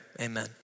amen